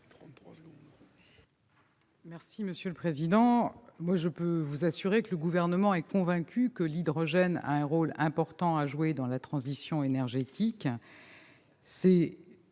Monsieur le sénateur, je peux vous assurer que le Gouvernement est convaincu que l'hydrogène a un rôle important à jouer dans la transition énergétique.